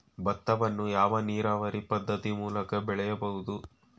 ಭತ್ತವನ್ನು ಯಾವ ನೀರಾವರಿ ಪದ್ಧತಿ ಮೂಲಕ ಬೆಳೆಯಬಹುದು?